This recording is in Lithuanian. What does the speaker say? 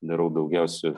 darau daugiausia